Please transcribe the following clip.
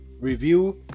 review